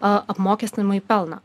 apmokestinamąjį pelną